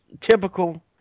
typical